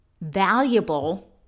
valuable